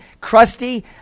crusty